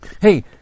hey